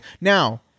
Now